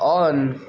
on